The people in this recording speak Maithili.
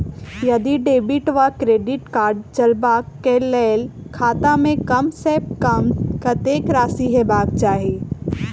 यदि डेबिट वा क्रेडिट कार्ड चलबाक कऽ लेल खाता मे कम सऽ कम कत्तेक राशि हेबाक चाहि?